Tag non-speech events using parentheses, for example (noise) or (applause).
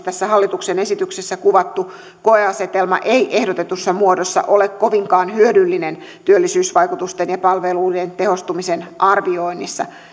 (unintelligible) tässä hallituksen esityksessä kuvattu koeasetelma ei ehdotetussa muodossa ole kovinkaan hyödyllinen työllisyysvaikutusten ja palvelujen tehostumisen arvioinnissa